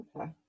okay